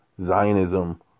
Zionism